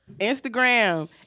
Instagram